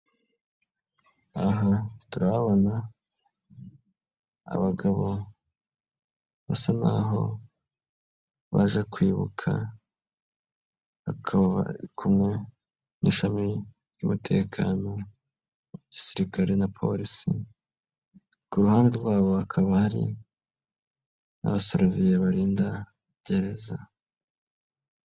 Aha turahabona abagabo basa n'aho baje kwibuka bari kumwe n'ishami ry'umutekano wa gisirikare na Polisi, ku ruhande rwabo hakaba hari n'abasoruviye barinda gereza.